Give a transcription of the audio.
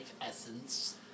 essence